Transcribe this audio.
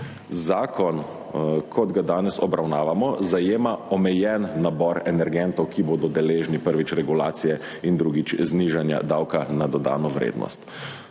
Zakon, kot ga danes obravnavamo, zajema omejen nabor energentov, ki bodo deležni, prvič – regulacije in drugič – znižanja davka na dodano vrednost.